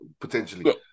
potentially